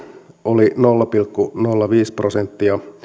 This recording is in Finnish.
oli nolla pilkku nolla viisi prosenttia